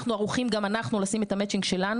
אנחנו ערוכים גם אנחנו לשים את ה- matching שלנו